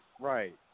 Right